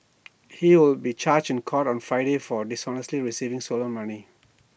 he will be charged in court on Friday for dishonestly receiving stolen money